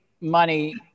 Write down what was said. money